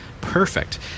Perfect